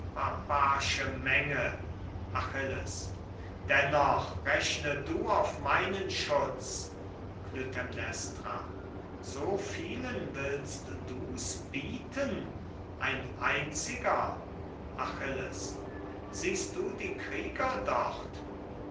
menge achilles dennoch rechne du auf meinen schutz klytämnestra so vielen willst du's bieten ein einziger achilles siehst du die krieger